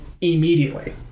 immediately